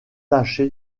taché